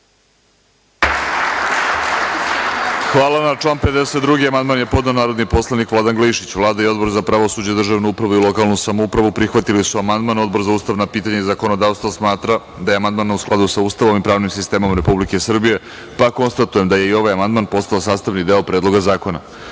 Hvala. Na član 52. amandman je podneo narodni poslanik Vladan Glišić. Vlada i Odbor za pravosuđe, državnu upravu i lokalnu samoupravu prihvatili su amandman. Odbor za ustavna pitanja i zakonodavstvo smatra da je amandman u skladu sa Ustavom i pravnim sistemom Republike Srbije, pa konstatujem da je i ovaj amandman postao sastavni deo Predloga zakona. Reč